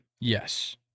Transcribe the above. Yes